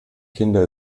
kinder